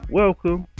welcome